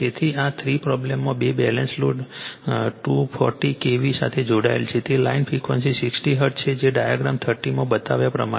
તેથી આ થ્રી પ્રોબ્લેમમાં બે બેલેન્સ લોડ 240 kV સાથે જોડાયેલા છે તે લાઇન ફ્રિક્વન્સી 60 હર્ટ્ઝ છે જે ડાયાગ્રામ 32 માં બતાવ્યા પ્રમાણે છે